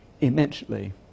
immensely